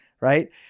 right